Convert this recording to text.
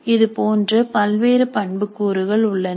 இது போன்று பல்வேறு பண்புக் கூறுகள் உள்ளன